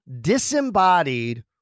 disembodied